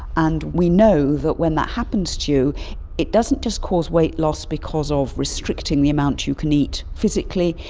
and we know that when that happens to you it doesn't just cause weight loss because of restricting the amount you can eat physically,